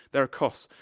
there are costs.